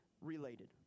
related